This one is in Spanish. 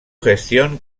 gestión